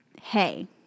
hey